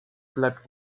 bleibt